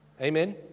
Amen